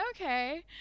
okay